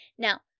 Now